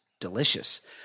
delicious